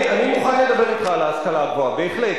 אני מוכן לדבר אתך על ההשכלה הגבוהה, בהחלט.